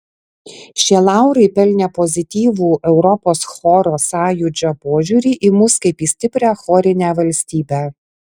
šie laurai pelnė pozityvų europos choro sąjūdžio požiūrį į mus kaip į stiprią chorinę valstybę